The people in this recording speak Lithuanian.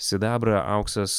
sidabrą auksas